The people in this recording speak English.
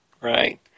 Right